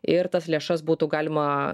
ir tas lėšas būtų galima